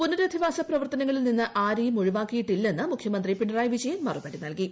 പുനരധിവാസ പ്രവർത്തനങ്ങളിൽ ആരെയും നിന്ന് ഒഴിവാക്കിയിട്ടില്ലെന്ന് മുഖ്യമന്ത്രി പിണറായി വിജയൻ മറുപടി നൽകി